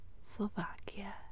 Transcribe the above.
Slovakia